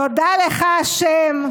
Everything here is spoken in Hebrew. תודה לך ה'